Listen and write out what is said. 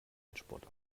endspurt